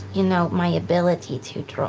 you know, my ability to